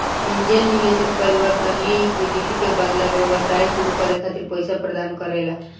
angel निवेशक परिवर्तनीय equity के बदला व्यवसाय सुरू करे खातिर पईसा प्रदान करेला